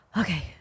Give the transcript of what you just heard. okay